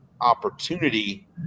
opportunity